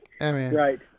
right